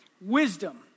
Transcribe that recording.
wisdom